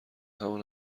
همان